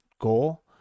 goal